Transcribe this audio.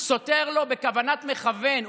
סוטר לו בכוונת מכוון,